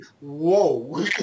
Whoa